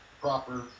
proper